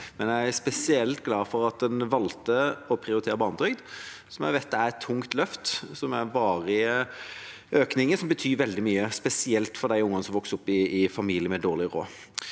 er jeg spesielt glad for at en valgte å prioritere barnetrygd – som jeg vet er et tungt løft – som er varige økninger som betyr veldig mye, spesielt for de ungene som vokser opp i familier med dårlig råd.